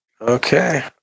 Okay